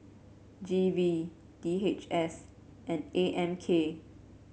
G V D H S and A M K